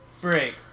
break